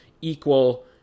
equal